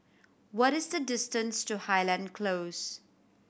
what is the distance to Highland Close